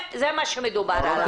זה מה שדובר עליו.